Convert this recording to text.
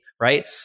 right